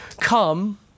come